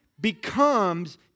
becomes